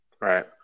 Right